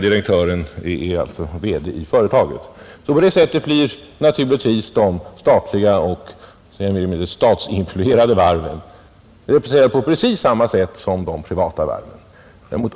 Dessutom ingår verkställande direktören i Uddevallavarvet. De statliga och statsinfluerade varven är sålunda representerade på precis samma sätt som de rent privata varven.